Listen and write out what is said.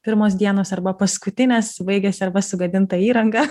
pirmos dienos arba paskutinės baigiasi arba sugadinta įranga